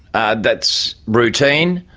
and that's routine.